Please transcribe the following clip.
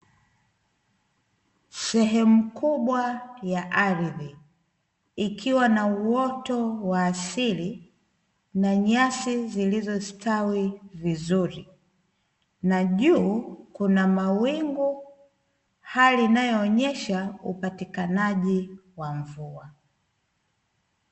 Sehemu kubwa ya ardhi, ikiwa na uoto wa asili na nyasi zilizostawi vizuri, na juu kuna mawingu hali inayo onyesha upatikanaji wa mvua.